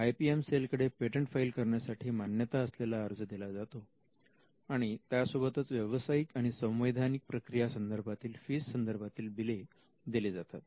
I P M cell कडे patent file करण्यासाठी मान्यता असलेला अर्ज दिला जातो आणि त्यासोबतच व्यवसायिक आणि संवैधानिक प्रक्रिया संदर्भातील फीस संदर्भातील बिल दिले जातात